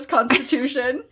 Constitution